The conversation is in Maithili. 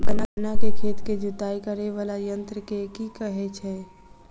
गन्ना केँ खेत केँ जुताई करै वला यंत्र केँ की कहय छै?